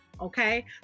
okay